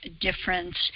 difference